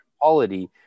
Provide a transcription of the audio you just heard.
quality